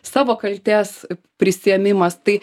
savo kaltės prisiėmimas tai